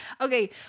Okay